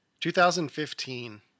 2015